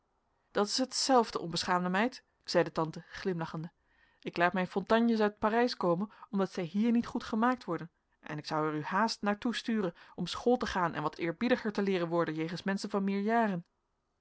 dat is hetzelfde onbeschaamde meid zeide tante glimlachende ik laat mijn fontanges uit parijs komen omdat zij hier niet goed gemaakt worden en ik zou er u haast naar toe sturen om school te gaan en wat eerbiediger te leeren worden jegens menschen van